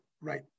right